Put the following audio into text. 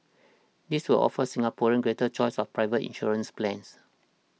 this will offer Singaporeans greater choice of private insurance plans